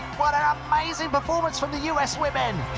what an amazing performance from the us women.